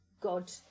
God